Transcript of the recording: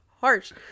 harsh